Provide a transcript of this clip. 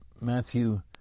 Matthew